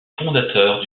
fondateurs